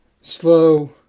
slow